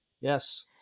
Yes